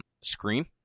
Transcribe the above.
screen